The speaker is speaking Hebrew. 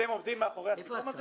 משרד האוצר